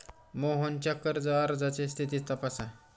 मोहनच्या कर्ज अर्जाची स्थिती तपासा